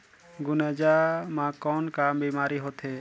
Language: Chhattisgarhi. गुनजा मा कौन का बीमारी होथे?